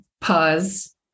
Pause